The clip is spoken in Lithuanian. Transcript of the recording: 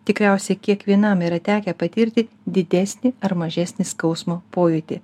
tikriausiai kiekvienam yra tekę patirti didesnį ar mažesnį skausmo pojūtį